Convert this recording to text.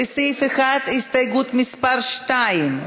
לסעיף 1 הסתייגות מס' 2,